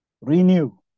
renew